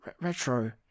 retro